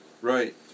Right